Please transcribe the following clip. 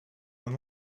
than